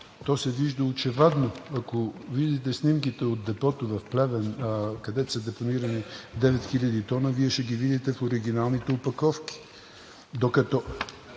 То се вижда очевадно. Ако видите снимките от депото в Плевен, където са депонирани 9 хил. т, Вие ще ги видите в оригиналните опаковки. ЮЛИЯН